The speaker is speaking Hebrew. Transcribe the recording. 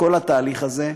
בכל התהליך הזה,